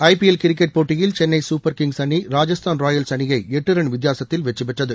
IPL cricket போட்டியில் Chennai Super Kings அணி Rajasthan Royals அணியை எட்டு ரன் வித்தியாசத்தில் வெற்றி பெற்றது